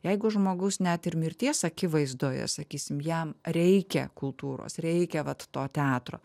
jeigu žmogus net ir mirties akivaizdoje sakysim jam reikia kultūros reikia vat to teatro